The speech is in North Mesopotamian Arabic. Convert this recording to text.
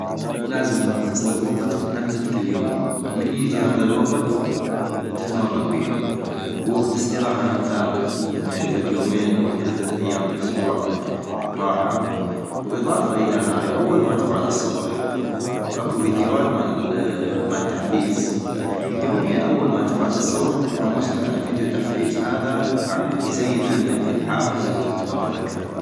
لازم تخصصلك وقت محدد كل يوم ، من يجي هذا الوقت تتمرن بينو ، ووقت استراحة هم ثابت ، يعني فد يومين أو ثلث ايام بالاسبوع راحة - واضافة إلى هاي أول ما تقعد الصبح اكو فيديوات مال تحفيز ،يومياً أول ما تقعد الصبح اطمشلك على فيديو تحفيز هذا غاح يزيد عندك الحافز انو تتمرن اكثغ